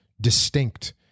distinct